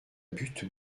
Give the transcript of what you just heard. butte